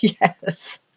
yes